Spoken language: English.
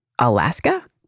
Alaska